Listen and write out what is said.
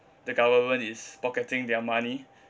the government is pocketing their money